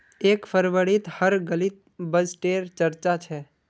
एक फरवरीत हर गलीत बजटे र चर्चा छ